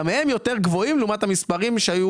גם הם יותר גבוהים לעומת המספרים שהיו